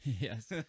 Yes